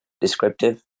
descriptive